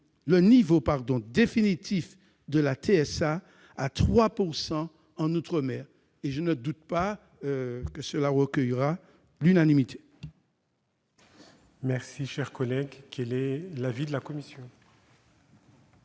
le niveau définitif de la TSA à 3 % en outre-mer, et je ne doute pas qu'il recueillera l'unanimité.